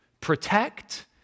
protect